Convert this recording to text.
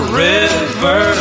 river